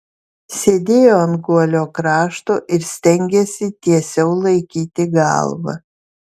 sėdėjo ant guolio krašto ir stengėsi tiesiau laikyti galvą